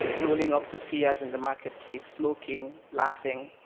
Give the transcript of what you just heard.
rolling up tortillas in the marketplace, smoking, laughing.